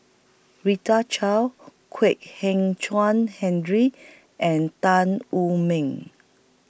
Rita Chao Kwek Hian Chuan Henry and Tan Wu Meng